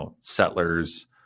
settlers